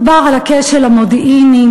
דובר על הכשל המודיעיני,